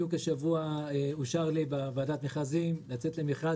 בדיוק השבוע אושר לי בוועדת המכרזים לצאת למכרז,